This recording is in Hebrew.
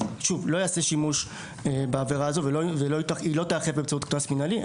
אז לא ייעשה שימוש בעבירה הזו והיא לא תיאכף באמצעות קנס מינהלי,